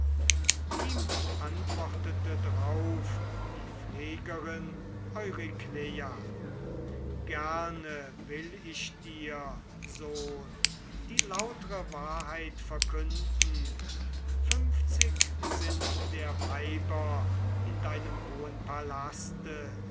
ihm antwortete drauf die pflegerin eurykleia gerne will ich dir sohn die lautere wahrheit verkünden fünfzig sind der weiber in deinem hohen palaste